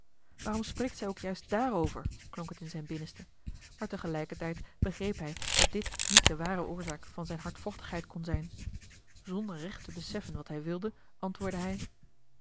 waarom spreekt zij ook juist daarover klonk het in zijn binnenste maar tegelijkertijd begreep hij dat dit niet de ware oorzaak van zijn hardvochtigheid kon zijn zonder recht te beseffen wat hij wilde antwoordde hij